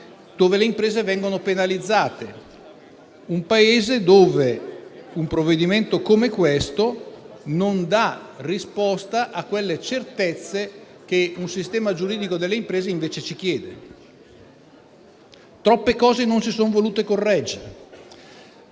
dove le imprese vengono penalizzate, dove non si dà risposta a quelle certezze che un sistema giuridico delle imprese invece ci chiede. Troppe cose non si sono volute correggere.